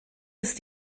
ist